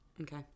okay